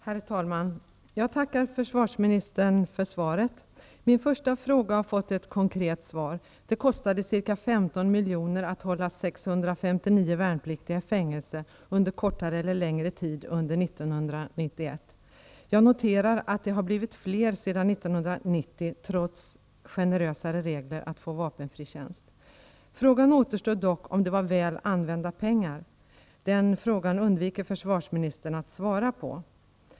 Herr talman! Jag tackar försvarsministern för svaret. Min första fråga har fått ett konkret svar. Det kostade ca 15 miljoner att hålla 659 värnpliktiga i fängelse under kortare eller längre tid under 1991. Jag noterar att de har blivit fler sedan 1990, trots generösare regler för att få vapenfri tjänst. Frågan återstår dock om det var väl använda pengar. Den frågan undviker försvarsministern att svara på.